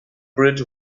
bridge